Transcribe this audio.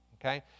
Okay